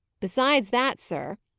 besides that, sir,